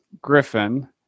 Griffin